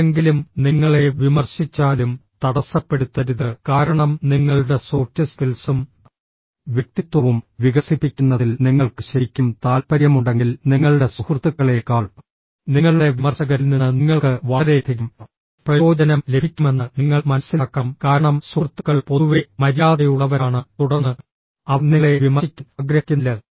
ആരെങ്കിലും നിങ്ങളെ വിമർശിച്ചാലും തടസ്സപ്പെടുത്തരുത് കാരണം നിങ്ങളുടെ സോഫ്റ്റ് സ്കിൽസും വ്യക്തിത്വവും വികസിപ്പിക്കുന്നതിൽ നിങ്ങൾക്ക് ശരിക്കും താൽപ്പര്യമുണ്ടെങ്കിൽ നിങ്ങളുടെ സുഹൃത്തുക്കളേക്കാൾ നിങ്ങളുടെ വിമർശകരിൽ നിന്ന് നിങ്ങൾക്ക് വളരെയധികം പ്രയോജനം ലഭിക്കുമെന്ന് നിങ്ങൾ മനസ്സിലാക്കണം കാരണം സുഹൃത്തുക്കൾ പൊതുവെ മര്യാദയുള്ളവരാണ് തുടർന്ന് അവർ നിങ്ങളെ വിമർശിക്കാൻ ആഗ്രഹിക്കുന്നില്ല